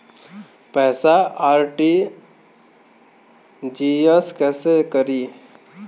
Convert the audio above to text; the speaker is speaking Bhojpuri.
पैसा आर.टी.जी.एस कैसे करी?